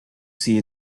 see